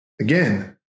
again